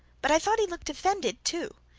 but i thought he looked offended too.